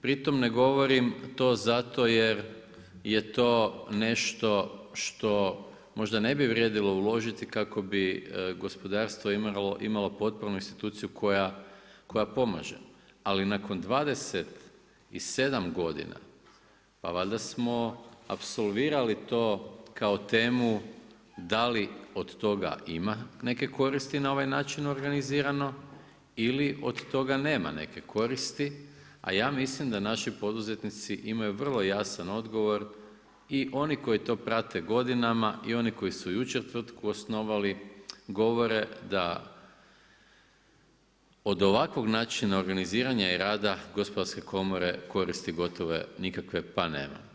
Pri tome ne govorim to zato jer je to nešto što možda ne bi vrijedilo uložiti kako bi gospodarstvo imalo potpunu instituciju koja pomaže ali nakon 27 godina pa valjda smo apsolvirali to kao temu da li od toga ima neke koristi na ovaj način organizirano ili od toga nema neke koristi a ja mislim da naši poduzetnici imaju vrlo jasan odgovor i oni koji to prate godinama, i oni koji su jučer tvrtku osnovali govore da od ovakvog načina organiziranja i rada gospodarske komore koristi gotovo nikakve pa nema.